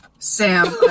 Sam